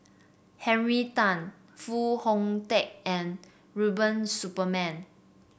Henry Tan Foo Hong Tatt and Rubiah Suparman